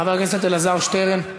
חבר הכנסת אלעזר שטרן.